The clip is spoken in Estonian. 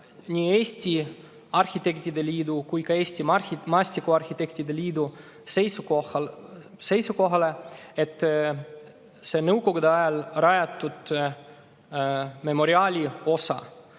nii Eesti Arhitektide Liidu kui ka Eesti Maastikuarhitektide Liidu seisukohale, et see Nõukogude Liidu ajal rajatud memoriaaliosa